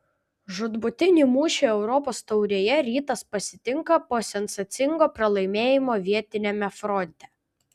žūtbūtinį mūšį europos taurėje rytas pasitinka po sensacingo pralaimėjimo vietiniame fronte